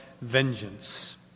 vengeance